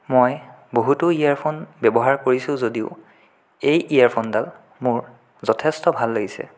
মই বহুতো ইয়েৰফোন ব্যৱহাৰ কৰিছোঁ যদিও এই ইয়েৰফোনডাল মোৰ যথেষ্ট ভাল লাগিছে